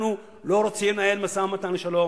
אנחנו לא רוצים לנהל משא-ומתן לשלום,